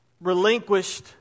relinquished